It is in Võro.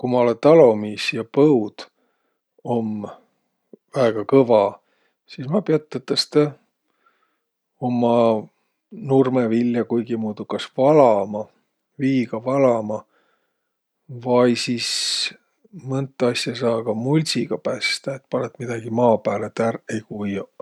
Ku ma olõ talomiis ja põud om väega kõva, sis ma piät tõtõstõ umma nurmõviljä kuigimuudu kas valama, viiga valama vai sis mõnt asja saa ka muldsiga pästäq. Et panõt midägi maa pääle, et ärq ei kuioq.